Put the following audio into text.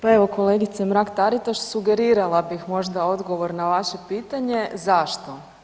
Pa evo kolegice Mrak-Taritaš sugerirala bih možda odgovor na vaše pitanje zašto?